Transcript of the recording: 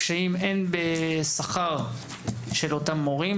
קשיים הן בשכר של אותם מורים,